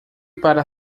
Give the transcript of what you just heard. para